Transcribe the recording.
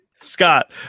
Scott